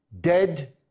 Dead